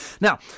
Now